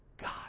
God